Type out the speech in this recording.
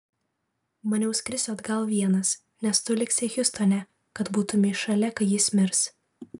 maniau skrisiu atgal vienas nes tu liksi hjustone kad būtumei šalia kai jis mirs